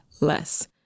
less